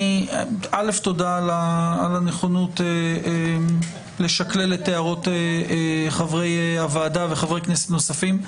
תודה על הנכונות לשקלל את הערות חברי הוועדה וחברי כנסת נוספים.